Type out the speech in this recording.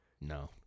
No